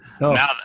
Now